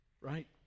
right